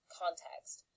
context